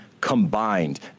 combined